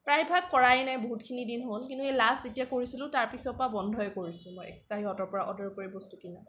প্ৰায়ভাগ কৰাই নাই বহুতখিনি দিন হ'ল কিন্তু লাষ্ট যেতিয়া কৰিছিলোঁ তাৰপিছৰ পৰা বন্ধই কৰিছোঁ মই এক্সট্ৰা অৰ্ডাৰ কৰি সিহঁতৰ পৰা বস্তু কিনা